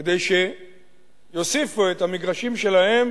כדי שיוסיפו את המגרשים שלהם